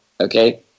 okay